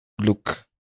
look